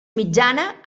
mitjana